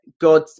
God